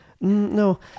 no